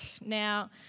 Now